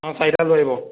অঁ চাৰিটা লৈ আহিব